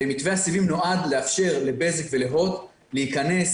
מתווה הסיבים נועד לאפשר לבזק ולהוט להיכנס